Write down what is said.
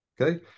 Okay